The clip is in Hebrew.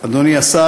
אדוני השר,